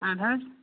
اَدٕ حظ